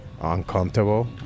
uncomfortable